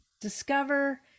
discover